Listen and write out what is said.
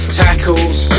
tackles